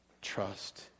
Trust